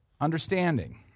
Understanding